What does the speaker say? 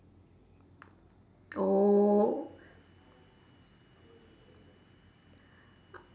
oh